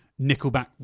Nickelback